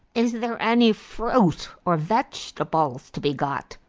is there any fruit or vegetables to be got?